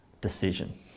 decision